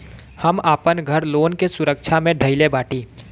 हम आपन घर लोन के सुरक्षा मे धईले बाटी